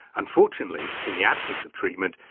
unfortunately, in the absence of treatment,